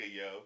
yo